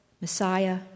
Messiah